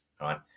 right